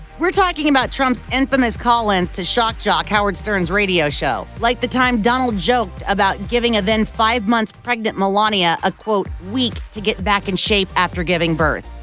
we're talking about trump's infamous call-ins to shock jock howard stern's radio show like the time donald joked about giving a then-five-months-pregnant melania a quote week to get back into and shape after giving birth.